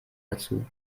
dazu